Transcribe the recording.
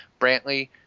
Brantley